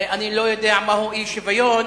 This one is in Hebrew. אני לא יודע מהו אי-שוויון,